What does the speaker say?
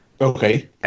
Okay